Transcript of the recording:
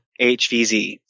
HVZ